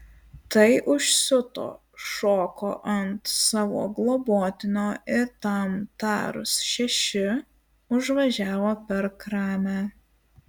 tai užsiuto šoko ant savo globotinio ir tam tarus šeši užvažiavo per kramę